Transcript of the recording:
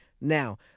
Now